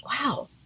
wow